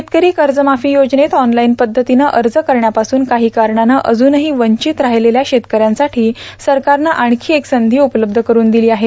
शेतकरी कर्जमाफी योजनेत ऑनलाईन पद्धतीनं अर्ज करण्यापासून काही कारणानं अजूनही वंचित राहिलेल्या शेतकऱ्यांसाठी सरकारनं आणखी एक संधी उपलब्ध करून दिली आहे